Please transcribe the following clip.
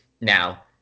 now